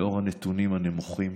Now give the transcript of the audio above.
לאור הנתונים הנמוכים